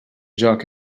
joc